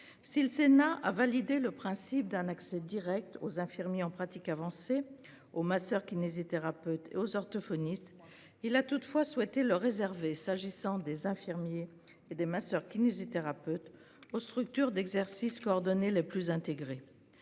si le Sénat a validé le principe d'un accès Direct aux infirmiers en pratique avancée. Oh ma soeur qui n'hésitent thérapeute aux orthophonistes. Il a toutefois souhaité le réserver. S'agissant des infirmiers et des masseurs kinésithérapeutes aux structures d'exercice coordonné les plus intégrée.